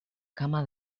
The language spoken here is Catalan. cama